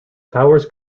towers